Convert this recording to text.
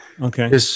Okay